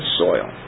soil